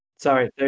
Sorry